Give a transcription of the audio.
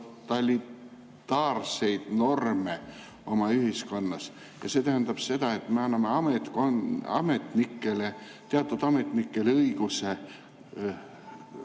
totalitaarseid norme oma ühiskonnas ja see tähendab seda, et me anname teatud ametnikele õiguse